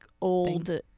old